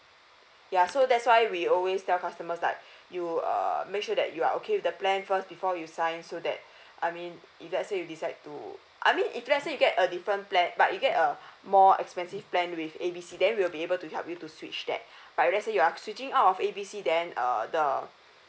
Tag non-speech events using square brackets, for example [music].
ya so that's why we always tell customers like [breath] you uh make sure that you are okay with the plan first before you sign so that [breath] I mean if let's say you decide to I mean if let's say you get a different plan but you get a more expensive plan with A B C then we'll be able to help you to switch that [breath] but if let's say you are switching out of A B C then uh the